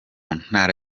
ntara